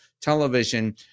television